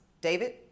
David